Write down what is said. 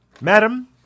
Madam